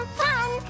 fun